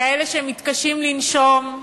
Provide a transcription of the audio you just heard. כאלה שמתקשים לנשום,